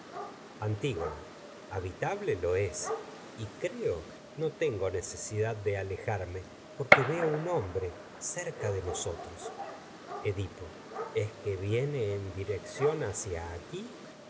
de habitable lo creo tengo nece alejarme porque un hombre cerca de nosotros edipo es que viene que en dirección hacia aquí